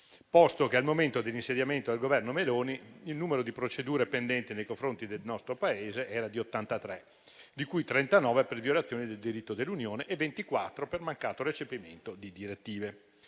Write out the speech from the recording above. posto che al momento dell'insediamento del Governo Meloni il numero di procedure pendenti nei confronti del nostro Paese era di 83, di cui 39 per violazioni del diritto dell'Unione e 24 per mancato recepimento di direttive.